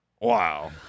Wow